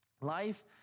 life